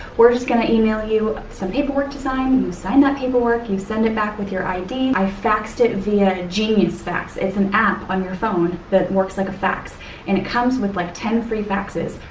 were just going to email you some paper work to sign sign that paperwork you send it back with your id. i faxed it via and genius fax. it's an app on your phone that works like a fax and it comes with like ten free faxes.